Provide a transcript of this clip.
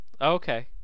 Okay